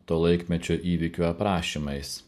to laikmečio įvykių aprašymais